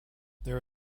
there